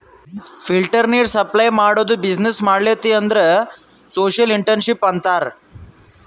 filter ನೀರ್ supply ಮಾಡದು business ಮಾಡ್ಲತಿ ಅಂದುರ್ ಸೋಶಿಯಲ್ ಇಂಟ್ರಪ್ರಿನರ್ಶಿಪ್ ಅಂತಾರ್